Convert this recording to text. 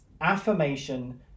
affirmation